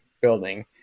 building